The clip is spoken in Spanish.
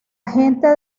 gente